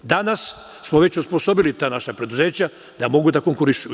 Danas smo već osposobili ta naša preduzeća da mogu da konkurišu.